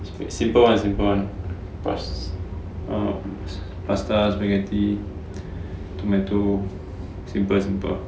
as simple [one] as in pat~ um pasta spaghetti tomato simple simple